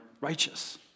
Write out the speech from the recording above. Righteous